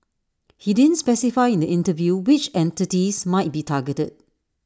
he didn't specify in the interview which entities might be targeted